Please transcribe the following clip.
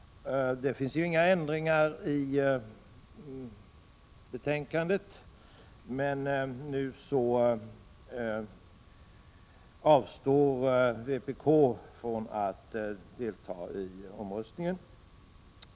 Det finns ju inga ändringar i betänkandet, men nu avstår vpk från att delta i omröstningen.